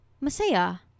masaya